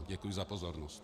Děkuji za pozornost.